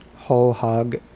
whole hog,